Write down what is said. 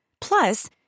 Plus